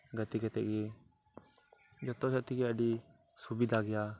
ᱜᱟᱛᱮ ᱠᱟᱛᱮᱫ ᱜᱮ ᱡᱚᱛᱚ ᱥᱮᱫ ᱛᱮᱜᱮ ᱟᱹᱰᱤ ᱥᱩᱵᱤᱫᱷᱟ ᱜᱮᱭᱟ